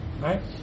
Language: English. right